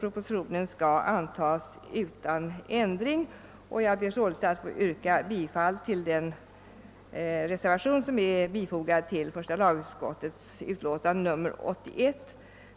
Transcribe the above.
propositionen skall antagas utan ändring, och jag ber således att få yrka bifall till den reservation som är fogad till första lagutskottets utlåtande nr 81.